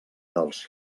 dels